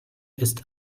ist